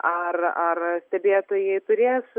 ar ar stebėtojai turės